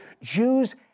Jews